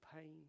pain